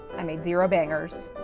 i made zero bangers.